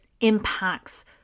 impacts